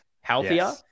healthier